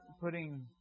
putting